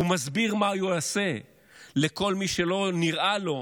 הוא מסביר מה הוא יעשה לכל מי שלא נראה לו.